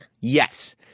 Yes